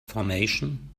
formation